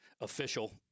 official